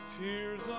Tears